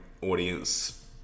Audience